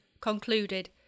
concluded